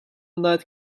night